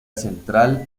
central